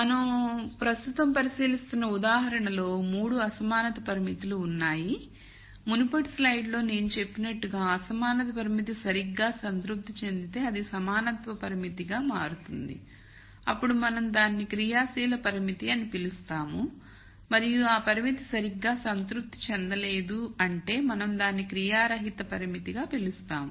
మనం ప్రస్తుతం పరిశీలిస్తున్న ఉదాహరణలో 3 అసమానత పరిమితులు ఉన్నాయి మునుపటి స్లైడ్లో నేను చెప్పినట్లుగా అసమానత పరిమితి సరిగ్గా సంతృప్తి చెందితే అది సమానత్వ పరిమితిగా మారుతుంది అప్పుడు మనం దానిని క్రియాశీల పరిమితి అని పిలుస్తాము మరియు ఆ పరిమితి సరిగ్గా సంతృప్తి చెందలేదు అంటే మనం దానిని క్రియారహిత పరిమితిగా పిలుస్తాము